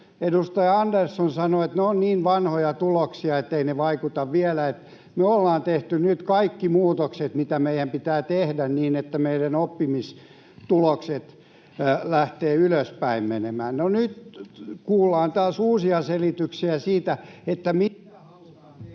edustaja Andersson sanoi, että ne ovat niin vanhoja tuloksia, etteivät ne vaikuta vielä, että me ollaan tehty nyt kaikki muutokset, mitä meidän pitää tehdä niin, että meidän oppimistulokset lähtevät ylöspäin menemään. No, nyt kuullaan taas uusia selityksiä siitä, mitä halutaan tehdä.